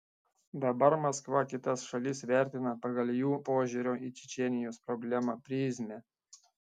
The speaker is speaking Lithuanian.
dabar maskva kitas šalis vertina pagal jų požiūrio į čečėnijos problemą prizmę